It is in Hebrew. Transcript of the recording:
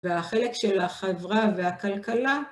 והחלק של החברה והכלכלה